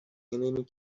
enemy